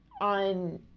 on